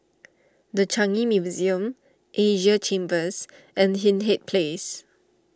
the Changi Museum Asia Chambers and Hindhede Place